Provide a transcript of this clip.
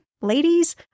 ladies